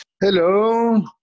Hello